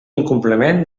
incompliment